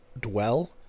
dwell